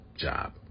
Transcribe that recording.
job